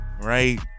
right